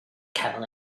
camel